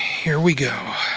here we go.